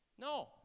No